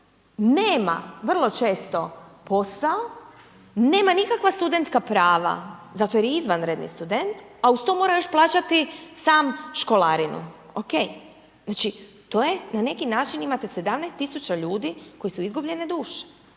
nema vrlo često posao, nema nikakva studentska prava zato jer je izvanredni student a uz to mora još plaćati sam školarinu. OK, znači to je na neki način imate 17 tisuća ljudi koji su izgubljene duše,